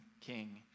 king